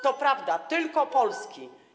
To prawda, tylko polski.